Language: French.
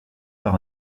par